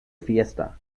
fiesta